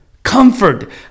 Comfort